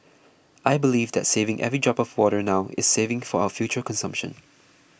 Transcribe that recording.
I believe that saving every drop of water now is saving for our future consumption